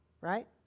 right